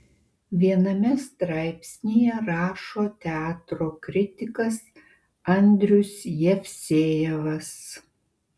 viename straipsnyje rašo teatro kritikas andrius jevsejevas